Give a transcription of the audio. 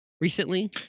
recently